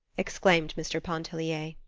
exclaimed mr. pontellier.